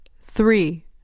Three